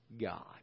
God